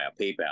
PayPal